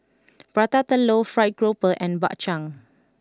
Prata Telur Fried Grouper and Bak Chang